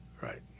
Right